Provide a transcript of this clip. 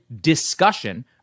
discussion